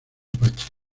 apache